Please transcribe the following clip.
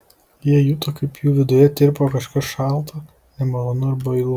jie juto kaip jų viduje tirpo kažkas šalta nemalonu ir bailu